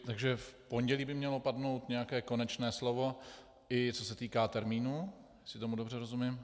Takže v pondělí by mělo padnout nějaké konečné slovo, i co se týká termínu, jestli tomu dobře rozumím.